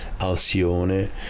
Alcione